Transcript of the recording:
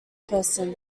person